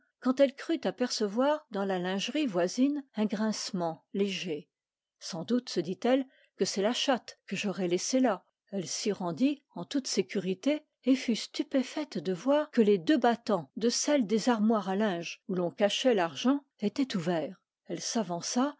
quand elle crut apercevoir dans la lingerie voisine un grincement léger sans doute se dit-elle que c'est la chatte que j'aurai laissée là elle s'y rendit en toute sécurité et fut stupéfaite de voir que les deux battants de celle des armoires à linge où l'on cachait l'argent étaient ouverts elle s'avança